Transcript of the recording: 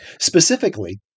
Specifically